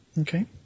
Okay